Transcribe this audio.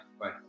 Bye